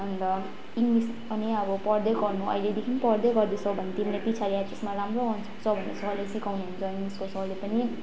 अन्त इङ्ग्लिस पनि अब पढ्दै गर्नु अहिलेदेखि पढ्दै गर्दैछौ भने तिमीले पछाडि एचएसमा राम्रो गर्नु सक्छौ भनेर सरले सिकाउनुहुन्छ इङ्ग्लिसको सरले पनि